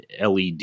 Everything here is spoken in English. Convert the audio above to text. led